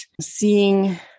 seeing